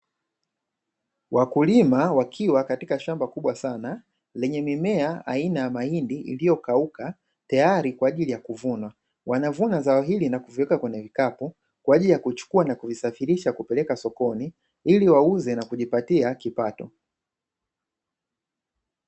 Wakulima wakiwa katika shamba kubwa sana lenye mimea aina ya mahindi iliyokauka tayari kwa ajili ya kuvunwa, wanavuna zao hili na kuviweka kwenye vikapu kwa ajili ya kuchukua na kusafirisha na kupeleka sokoni, ili wauze na kujipatia kipato.